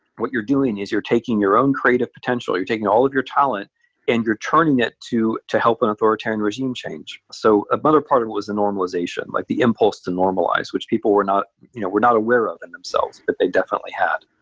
what you're doing is you're taking your own creative potential, you're taking all of your talent and you're turning it to to help an authoritarian regime change. so another but part of it was the normalization, like the impulse to normalize, which people were not you know were not aware of in themselves, but they definitely had.